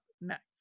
next